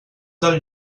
del